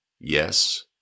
Yes